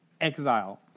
exile